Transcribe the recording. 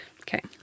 Okay